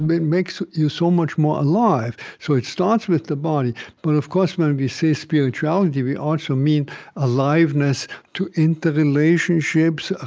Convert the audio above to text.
and it makes you so much more alive. so it starts with the body but of course, when and we say spirituality, we also mean aliveness to interrelationships, ah